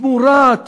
תמורת